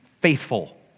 faithful